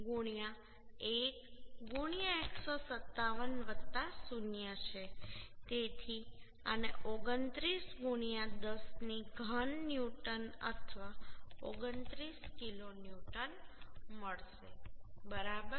25 છે 1 157 0 છે તેથી આને 29 10 ઘન ન્યૂટન અથવા 29 કિલોન્યુટન મળશે બરાબર